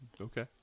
Okay